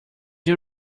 you